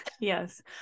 Yes